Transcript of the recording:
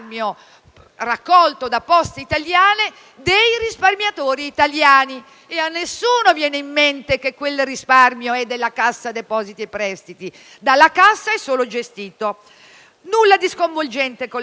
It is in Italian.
raccolto dalla società Poste Italiane e a nessuno viene in mente che quel risparmio è della Cassa depositi e prestiti; dalla Cassa è solo gestito. Nulla di sconvolgente, colleghi, tanto